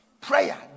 prayer